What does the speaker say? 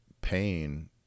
pain